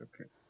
okay